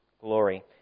glory